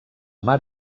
mar